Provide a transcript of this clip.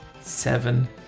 Seven